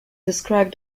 described